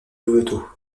louveteaux